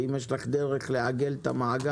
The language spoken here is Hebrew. ואם יש לך דרך לעגל את המעגל,